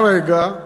היה רגע,